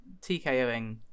TKOing